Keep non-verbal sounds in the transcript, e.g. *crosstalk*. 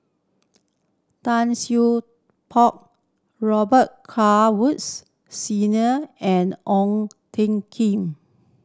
Tan *unintelligible* Poh Robet Carr Woods Senior and Ong Ting Kim